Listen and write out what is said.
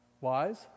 Wise